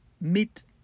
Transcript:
meet